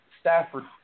Stafford